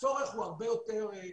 הצורך הוא הרבה יותר גדול.